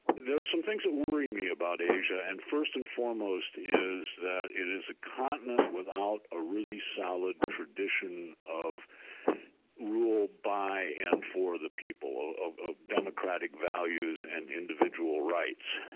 there are some things that worry me about asia. and first and foremost is that it is a continent without a really solid tradition of rule by and for the people, of of democratic values and individual rights.